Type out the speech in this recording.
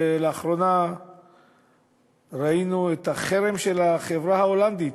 לאחרונה ראינו את החרם של החברה ההולנדית,